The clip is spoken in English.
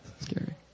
scary